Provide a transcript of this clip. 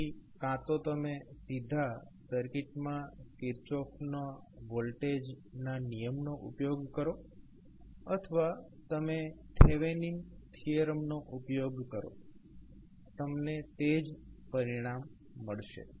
તેથી કાં તો તમે સીધા સર્કિટમાં કિર્ચોફના વોલ્ટેજના નિયમનો ઉપયોગ કરો અથવા તમે થેવેનિન થીયરમનો ઉપયોગ કરો તમને તે જ પરિણામ મળશે